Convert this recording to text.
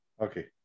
Okay